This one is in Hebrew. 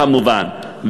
כמובן,